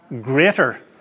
greater